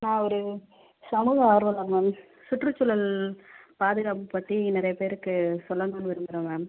நான் ஒரு சமூக ஆர்வாளர் மேம் சுற்றுசூழல் பாதுகாப்பு பற்றி நிறைய பேருக்கு சொல்லணும்னு விரும்புகிறேன் மேம்